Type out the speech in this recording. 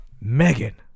Megan